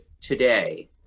today